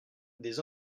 des